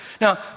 Now